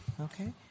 Okay